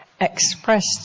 expressed